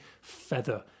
feather